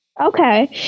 Okay